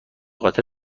خاطر